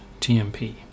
tmp